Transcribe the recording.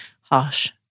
Harsh